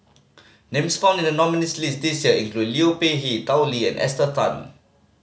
names found in the nominees' list this year include Liu Peihe Tao Li and Esther Tan